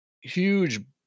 huge